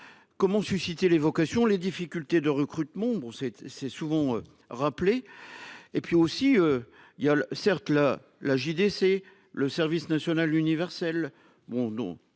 Comment susciter les vocations. Les difficultés de recrutement. Bon c'est c'est souvent rappelé et puis aussi, il a certes la la JDC le service national universel